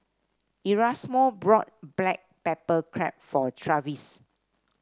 Erasmo brought Black Pepper Crab for Travis